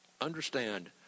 understand